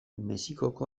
mexikoko